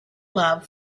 love